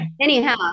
anyhow